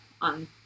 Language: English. on